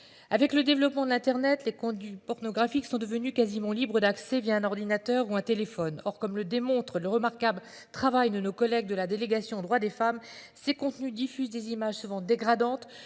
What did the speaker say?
avec le développement d'Internet les contenus pornographiques sont devenus quasiment libre d'accès via un ordinateur ou un téléphone. Or, comme le démontre le remarquable travail de nos collègues de la délégation aux droits des femmes. Ces contenus diffusent des images souvent dégradante